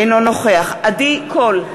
אינו נוכח עדי קול,